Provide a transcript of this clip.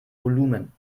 volumen